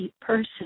person